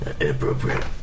Inappropriate